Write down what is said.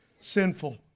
sinful